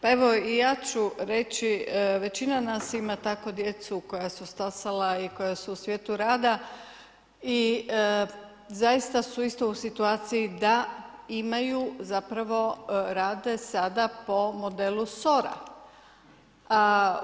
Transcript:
Pa evo i ja ću reći, većina nas ima tako djecu koja su stasala i koja su u svijetu rada i zaista su isto u situaciji da imaju zapravo rade sada po modelu SOR-a.